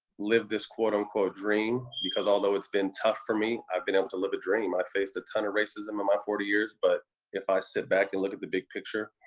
live this quote, unquote dream, because although it's been tough for me, i've been able to live dream. i've faced a ton of racism in my forty years, but if i sit back and look at the big picture,